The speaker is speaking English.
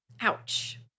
ouch